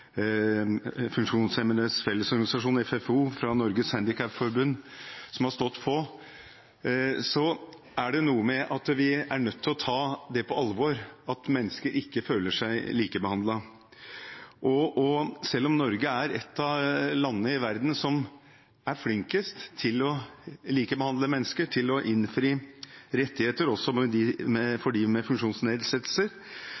Fellesorganisasjon, FFO, og Norges Handikapforbund, som har stått på. Vi er nødt til å ta på alvor at mennesker ikke føler seg likebehandlet. Selv om Norge er et av de landene i verden som er flinkest til å likebehandle mennesker og til å innfri rettigheter også for dem med